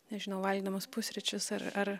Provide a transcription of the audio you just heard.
nežinau valgydamos pusryčius ar ar